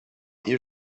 you